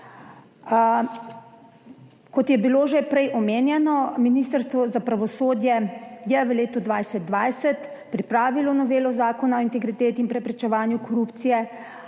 Kot je bilo že prej omenjeno Ministrstvo za pravosodje je v letu 2020 pripravilo novelo Zakona o integriteti in preprečevanju korupcije,